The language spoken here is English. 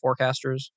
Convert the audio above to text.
forecasters